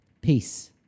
Peace